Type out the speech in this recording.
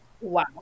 Wow